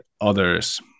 others